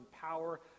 power